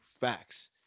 Facts